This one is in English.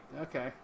okay